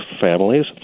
families